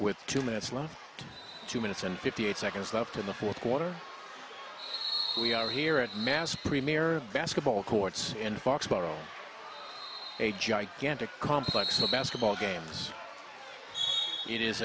with two minutes left two minutes and fifty eight seconds left in the fourth quarter we are here at mass premier of basketball courts in foxboro a gigantic complex the basketball games it is